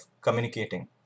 communicating